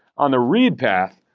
on the read path,